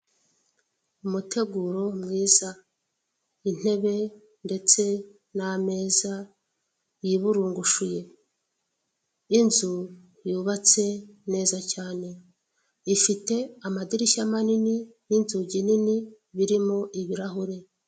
Umuteguro mwiza, intebe ndetse n'ameza yiburungushuye, inzu yubatse neza cyane, ifite amadirishya manini n'inzugi nini birimo ibirahuri.